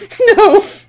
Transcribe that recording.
no